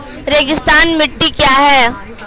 रेगिस्तानी मिट्टी क्या है?